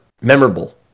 memorable